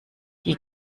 die